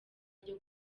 ryo